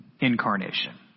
incarnation